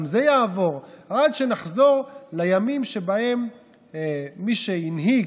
עד שנחזור לימים שבהם מי שהנהיג,